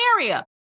area